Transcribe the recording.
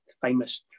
famous